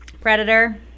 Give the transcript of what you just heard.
Predator